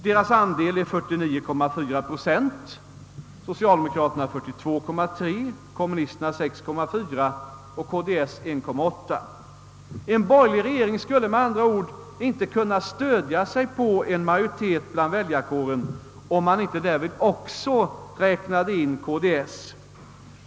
Deras antal är 49,4 procent, socialdemokraternas 42,3 procent, kommunisternas 6,4 procent och KDS 1,8 procent. En borgerlig regering skulle med andra ord inte kunna stödja sig på en majoritet i väljarkåren, om den inte därvid också räknade in KDS.